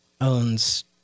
owns